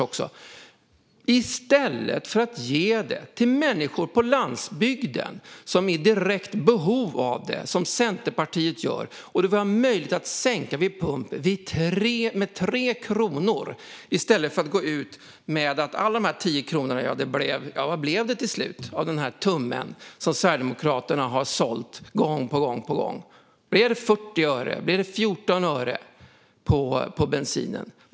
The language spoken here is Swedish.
Varför ger man den inte i stället till människor på landsbygden, som är i direkt behov av det, så som Centerpartiet gör. Det vore möjligt att sänka vid pump med 3 kronor i stället för att komma med alla de här 10 kronorna som sedan blev . Ja, vad blev det till slut av den här tummen som Sverigedemokraterna har sålt gång på gång? Blev det 40 öre eller 14 öre på bensinen?